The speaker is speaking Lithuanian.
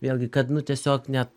vėlgi kad nu tiesiog net